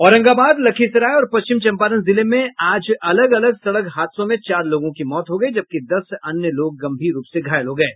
औरंगाबाद लखीसराय और पश्चिम चंपारण जिले में आज अलग अलग सड़क हादसों में चार लोगों की मौत हो गयी जबकि दस अन्य गंभीर रूप से घायल हो गये